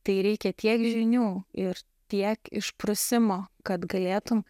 tai reikia tiek žinių ir tiek išprusimo kad galėtum